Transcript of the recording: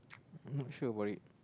not sure about it